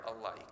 alike